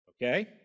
Okay